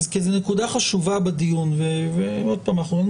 כולם ידעו שזו מכת מדינה ולכן עשו את המינימום אנחנו מסכימים